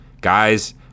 Guys